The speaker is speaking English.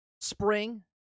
spring